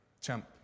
Champ